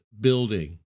building